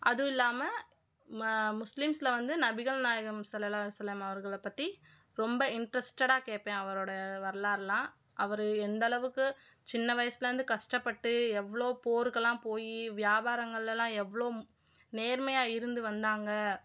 அதுவும் இல்லாமல் முஸ்லிம்ஸில் வந்து நபிகள் நாயகம் அவர்களை பற்றி ரொம்ப இன்ட்ரெஸ்டடாக கேட்பேன் அவரோட வரலாற்றலாம் அவர் எந்தளவுக்கு சின்ன வயசுலேருந்து கஷ்டப்பட்டு எவ்வளோ போருக்கெல்லாம் போய் வியாபாரங்களெல்லலாம் எவ்வளோ நேர்மையாக இருந்து வந்தாங்க